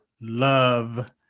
love